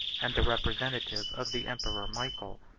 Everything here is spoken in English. and the representative of the emperor michael.